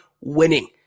winning